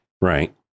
right